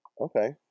Okay